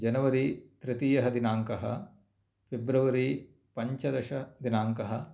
January त्रितीयः दिनाङ्कः फेब्रवरी पञ्चदशदिनाङ्कः